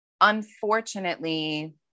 Unfortunately